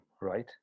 right